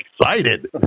excited